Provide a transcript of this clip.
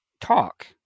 talk